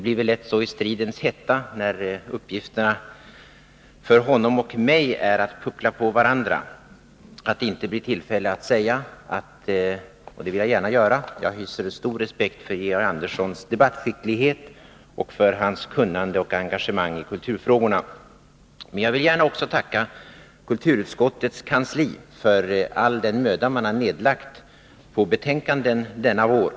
I stridens hetta, när uppgifterna för honom och mig är att puckla på varandra, blir det inte tillfälle att säga, vilket jag gärna vill göra, att jag hyser stor respekt för Georg Anderssons debattskicklighet och för hans kunnande och engagemang i kulturfrågorna. Men jag vill också gärna tacka kulturutskottets kansli för all den möda man har lagt ned på betänkanden denna vår.